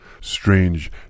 Strange